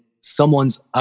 someone's